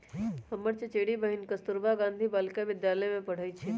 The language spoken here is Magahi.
हमर चचेरी बहिन कस्तूरबा गांधी बालिका विद्यालय में पढ़इ छइ